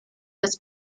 was